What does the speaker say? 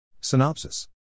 Synopsis